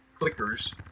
clickers